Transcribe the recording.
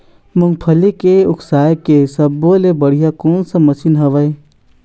मूंगफली के उसकाय के सब्बो ले बढ़िया कोन सा मशीन हेवय?